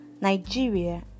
Nigeria